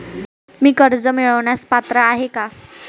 मी कर्ज मिळवण्यास पात्र आहे का?